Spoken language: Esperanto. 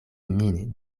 min